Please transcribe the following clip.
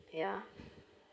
ya